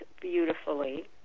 beautifully